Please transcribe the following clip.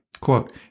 Quote